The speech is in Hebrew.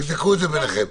תבדקו את זה ביניכם.